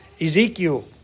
Ezekiel